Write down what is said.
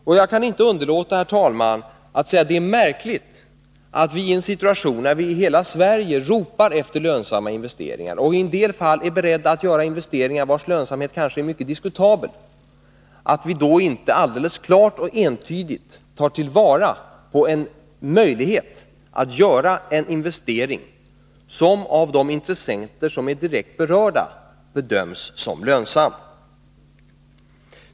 Och jag kan inte underlåta, herr talman, att säga att det är märkligt att vi i en situation, då hela Sverige ropar efter lönsamma investeringar och då vi i en del fall är beredda att göra investeringar, vilkas lönsamhet kanske är mycket diskutabel, inte alldeles klart och entydigt tar till vara en möjlighet att göra en investering som av de direkt berörda intressenterna bedöms som lönsam.